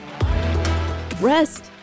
Rest